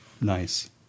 Nice